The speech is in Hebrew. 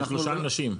זה שלושה אנשים.